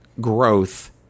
growth